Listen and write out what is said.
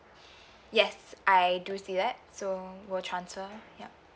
yes I do see that so will transfer yup